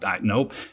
nope